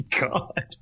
God